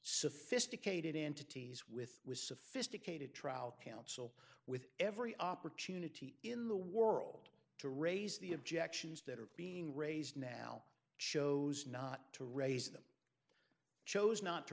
sophisticated entities with was sophisticated trial counsel with every opportunity in the world to raise the objections that are being raised now chose not to raise them chose not to